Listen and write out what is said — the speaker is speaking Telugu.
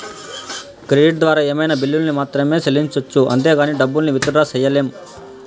క్రెడిట్ ద్వారా ఏమైనా బిల్లుల్ని మాత్రమే సెల్లించొచ్చు అంతేగానీ డబ్బుల్ని విత్ డ్రా సెయ్యలేం